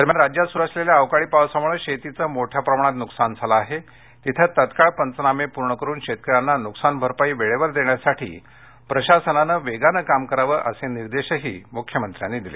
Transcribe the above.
दरम्यान राज्यात सुरु असलेल्या अवकाळी पावसामुळे शेतीचे मोठ्या प्रमाणात नुकसान झाल आहे तिथ तात्काळ पंचनामे पूर्ण करुन शेतकऱ्यांना नुकसानभरपाई वेळेवर देण्यासाठी प्रशासनान वेगाने काम करावं असे निर्देशही मुख्यमंत्र्यांनी यावेळी दिले